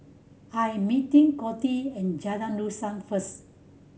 I'm meeting Coty at Jalan Dusan first